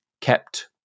kept